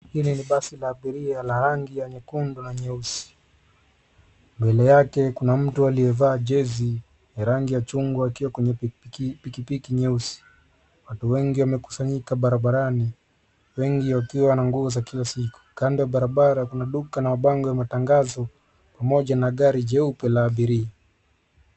Hili ni basi la abiria lenye rangi nyekundu na nyeusi. Mbele yake kuna mtu aliyevaa jezi ya rangi ya chungwa akiwa kwenye pikipiki nyeusi. Watu wengi wamekusanyika barabarani wengi wakiwa na nguo za kila siku. Kando ya barabara kuna duka na mabango ya matangazo pamoja na gari jeupe la abiria.